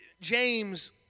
James